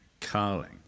carling